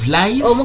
life